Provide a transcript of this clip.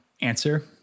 answer